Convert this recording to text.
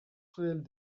ruelle